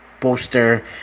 poster